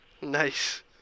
Nice